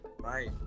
Right